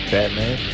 Batman